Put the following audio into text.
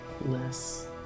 Less